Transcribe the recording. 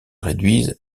réduisent